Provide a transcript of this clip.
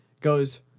Goes